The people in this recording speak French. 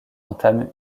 entament